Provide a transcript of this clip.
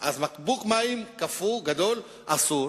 בקבוק מים קפואים גדול, אסור.